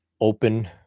open